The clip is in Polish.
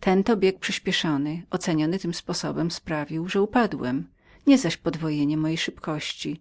ten to bieg przyśpieszony oceniony tym sposobem sprawił że upadłem nie zaś podwojenie mojej szybkości